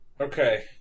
Okay